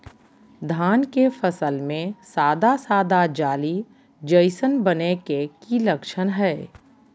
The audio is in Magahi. धान के फसल में सादा सादा जाली जईसन बने के कि लक्षण हय?